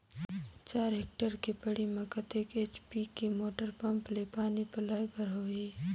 चार हेक्टेयर के बाड़ी म कतेक एच.पी के मोटर पम्म ले पानी पलोय बर होही?